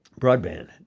broadband